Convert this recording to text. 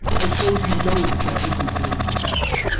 and suppose you know that that isn't really the captain.